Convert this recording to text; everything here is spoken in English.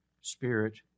spirit